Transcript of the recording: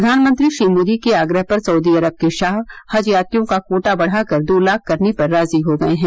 प्रधानमंत्री मोदी के आग्रह पर सऊदी अरब के शाह हज यात्रियों का कोटा बढ़ाकर दो लाख करने पर राजी हो गए हैं